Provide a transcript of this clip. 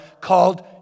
called